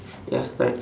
ya correct